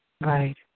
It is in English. Right